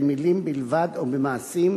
במלים בלבד או במעשים,